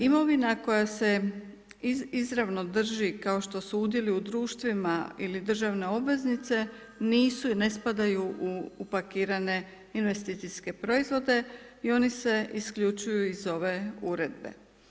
Imovina koja se izravno drži kao što su udjeli u društvima ili državne obveznice nisu i ne spadaju u upakirane investicijske proizvode i oni se isključuju iz ove uredbe.